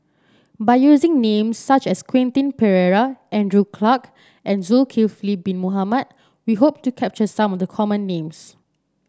by using names such as Quentin Pereira Andrew Clarke and Zulkifli Bin Mohamed we hope to capture some of the common names